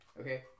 okay